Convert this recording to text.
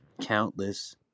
countless